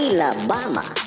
Alabama